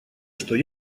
что